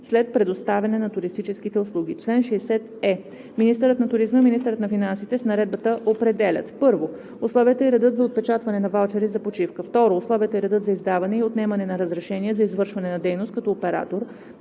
след предоставяне на туристическите услуги. Чл. 60е. Министърът на туризма и министърът на финансите с наредба определят: 1. условията и реда за отпечатване на ваучери за почивка; 2. условията и реда за издаване и отнемане на разрешение за извършване на дейност като оператор